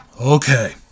okay